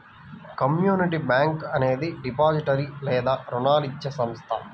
community bank అనేది depository లేదా రుణాలు ఇచ్చే సంస్థ